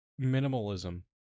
minimalism